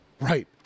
right